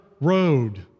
road